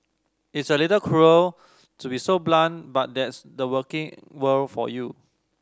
it's a little cruel to be so blunt but that's the working world for you